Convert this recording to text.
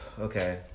Okay